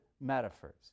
metaphors